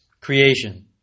creation